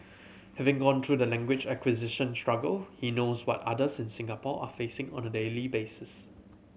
having gone through the language acquisition struggle he knows what others in Singapore are facing on a daily basis